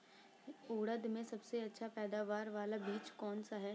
उड़द में सबसे अच्छा पैदावार वाला बीज कौन सा है?